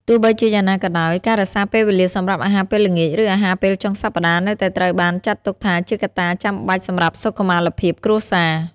ទោះបីជាយ៉ាងណាក៏ដោយ ការរក្សាពេលវេលាសម្រាប់អាហារពេលល្ងាច ឬអាហារពេលចុងសប្តាហ៍ នៅតែត្រូវបានចាត់ទុកថាជាកត្តាចាំបាច់សម្រាប់សុខុមាលភាពគ្រួសារ។